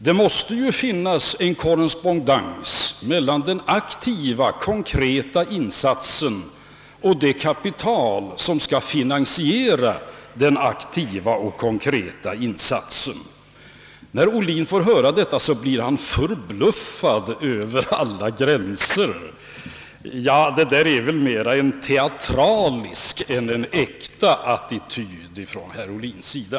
Det måste ju finnas en korrespondens mellan den aktiva, konkreta insatsen och det kapital som skall finansiera den. När herr Ohlin får höra detta blir han förbluffad över alla gränser. Ja, detta är väl mera en teatralisk än en äkta attityd ifrån herr Ohlins sida.